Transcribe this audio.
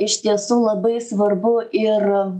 iš tiesų labai svarbu ir